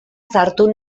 sartu